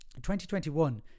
2021